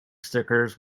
stickers